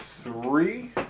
Three